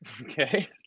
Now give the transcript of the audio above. Okay